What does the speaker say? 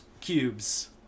cubes